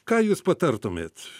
ką jūs patartumėt